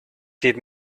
give